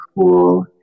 cool